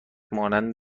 همانند